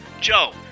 joe